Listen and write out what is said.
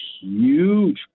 huge